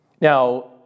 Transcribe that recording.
Now